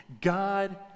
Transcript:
God